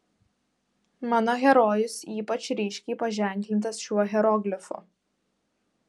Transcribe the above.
mano herojus ypač ryškiai paženklintas šiuo hieroglifu